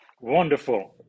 Wonderful